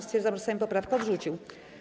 Stwierdzam, że Sejm poprawkę odrzucił.